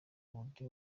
uburyo